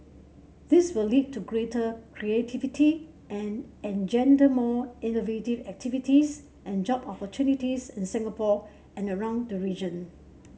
this will lead to greater creativity and engender more innovative activities and job opportunities in Singapore and around the region